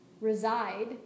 reside